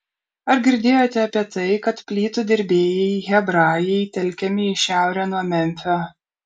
ar girdėjote apie tai kad plytų dirbėjai hebrajai telkiami į šiaurę nuo memfio